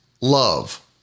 love